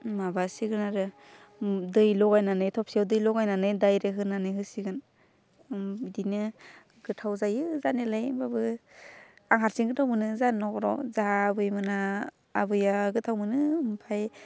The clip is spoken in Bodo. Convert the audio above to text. माबासिगोन आरो दै लगायनानै थबसियाव दै लगायनानै डायरेक्ट होनानै होसिगोन बिदिनो गोथाव जायो जानायालाय होमबाबो आं हारसिं गोथाव मोनो जोंहानि नख'राव जोंहा आबैमोनहा आबैया गोथाव मोनो ओमफ्राय